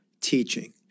teaching